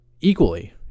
equally